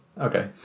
Okay